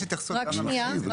יש התייחסות בחוק.